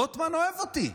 רוטמן אוהב אותי.